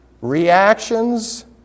Reactions